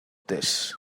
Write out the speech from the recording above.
this